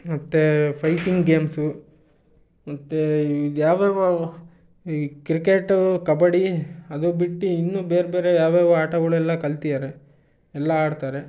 ಮತ್ತು fighting games ಮತ್ತು ಇದು ಯಾವ್ಯಾವ್ದೋ ಈ ಕ್ರಿಕೆಟು ಕಬಡ್ಡಿ ಅದು ಬಿಟ್ಟು ಇನ್ನೂ ಬೇರೆಬೇರೆ ಯಾವ್ಯಾವ್ದೋ ಆಟಗಳೆಲ್ಲ ಕಲ್ತಿದಾರೆ ಎಲ್ಲ ಆಡ್ತಾರೆ